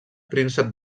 príncep